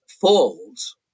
falls